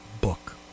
book